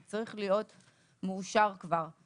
זה צריך להיות מאושר כבר.